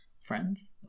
friends